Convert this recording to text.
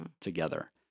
together